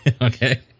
Okay